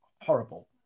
horrible